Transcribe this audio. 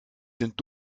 sind